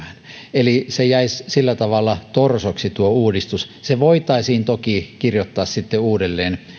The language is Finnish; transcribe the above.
eli tuo uudistus jäisi sillä tavalla torsoksi se voitaisiin toki kirjoittaa sitten uudelleen